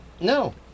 No